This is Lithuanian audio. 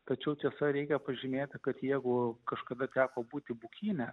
tačiau tiesa reikia pažymėti kad jeigu kažkada teko būti bukyne